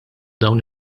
dawn